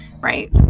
right